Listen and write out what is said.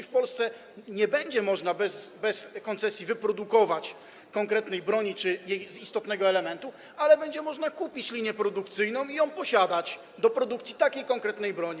W Polsce nie będzie można bez koncesji wyprodukować konkretnej broni czy jej istotnego elementu, ale będzie można kupić linię produkcyjną i posiadać linię do produkcji konkretnej broni.